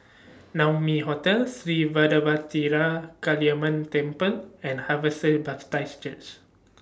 Naumi Hotel Sri Vadapathira Kaliamman Temple and Harvester Baptist Church